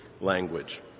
language